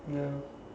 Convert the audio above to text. ya